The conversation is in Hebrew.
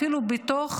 אפילו בתוך